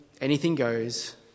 anything-goes